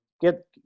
get